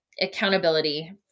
accountability